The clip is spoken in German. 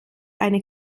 eine